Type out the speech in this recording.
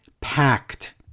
packed